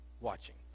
watching